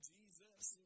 Jesus